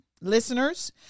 listeners